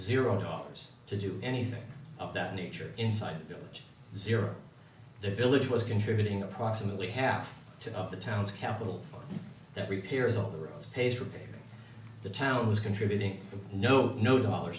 zero dollars to do anything of that nature inside zero the village was contributing approximately half of the town's capital that repairs all the roads pay for the town was contributing no no dollar